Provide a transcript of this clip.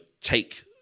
take